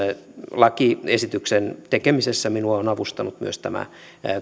lakiesityksen tekemisessä minua on avustanut myös tämä